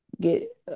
get